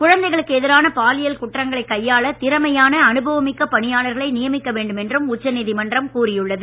குழந்தைகளுக்கு எதிரான பாலியல் குற்றங்களை கையாள திறமையான அனுபவம் மிக்க பணியாளர்களை நியமிக்க வேண்டும் என்றும் உச்ச நீதிமன்றம் கூறியுள்ளது